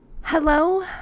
Hello